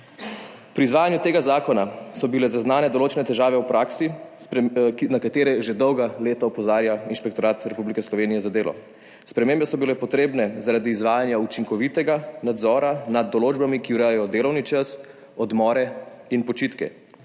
Pri izvajanju tega zakona so bile zaznane določene težave v praksi, na katere že dolga leta opozarja Inšpektorat Republike Slovenije za delo. Spremembe so bile potrebne zaradi izvajanja učinkovitega nadzora nad določbami, ki urejajo delovni čas, odmore in počitke.